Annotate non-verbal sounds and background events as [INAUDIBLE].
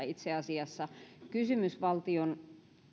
[UNINTELLIGIBLE] itse asiassa kysymys hyvin pienistä summista valtion